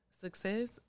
success